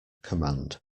command